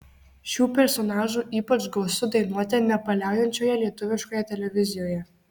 šių personažų ypač gausu dainuoti nepaliaujančioje lietuviškoje televizijoje